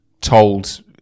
told